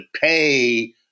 pay